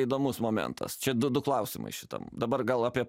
įdomus momentas čia du du klausimai šitam dabar gal apie